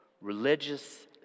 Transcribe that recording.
Religious